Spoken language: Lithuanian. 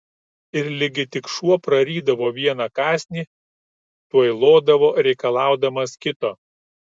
ir ligi tik šuo prarydavo vieną kąsnį tuoj lodavo reikalaudamas kito